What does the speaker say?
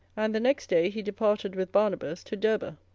and the next day he departed with barnabas to derbe